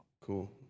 cool